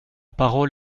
parole